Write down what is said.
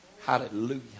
Hallelujah